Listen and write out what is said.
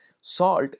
Salt